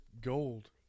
gold